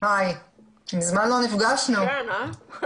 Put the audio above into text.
יד דיברתם על שליש מהחוקים שלי באגף - פסולת אלקטרונית